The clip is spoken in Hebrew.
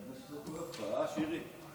אני מבין שזה כואב לך, אה, שירי?